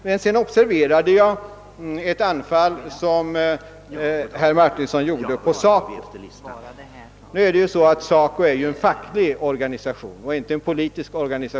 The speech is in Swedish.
För det andra vill jag beröra det anfall herr Martinsson gjorde på SACO. SACO är ju en facklig organisation och inte en politisk.